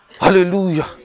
hallelujah